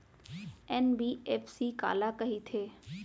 NBFC काला कहिथे?